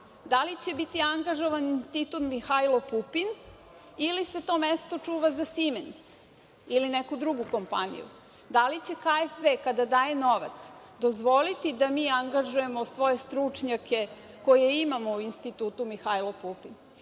da li će biti angažovan Institut „Mihajlo Pupin“ ili se to mesto čuva za „Simens“ ili neku drugu kompaniju? Da li će KfW kada daje novac dozvoliti da mi angažujemo svoje stručnjake koje imamo u Institutu „Mihajlo Pupin“?Da